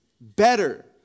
better